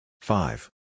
Five